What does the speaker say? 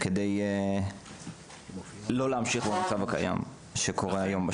כדי שלא ימשיך המצב שקיים היום בשטח.